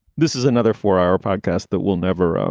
this is another for our podcast that will never um